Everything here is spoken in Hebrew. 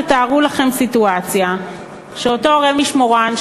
תתארו לכם סיטואציה שלהורה המשמורן,